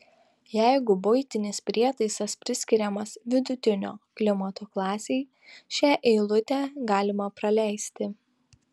jeigu buitinis prietaisas priskiriamas vidutinio klimato klasei šią eilutę galima praleisti